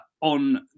on